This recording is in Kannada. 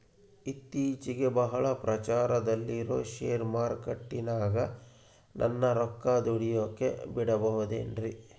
ಇತ್ತೇಚಿಗೆ ಬಹಳ ಪ್ರಚಾರದಲ್ಲಿರೋ ಶೇರ್ ಮಾರ್ಕೇಟಿನಾಗ ನನ್ನ ರೊಕ್ಕ ದುಡಿಯೋಕೆ ಬಿಡುಬಹುದೇನ್ರಿ?